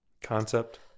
Concept